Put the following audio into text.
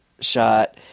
shot